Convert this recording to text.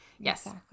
Yes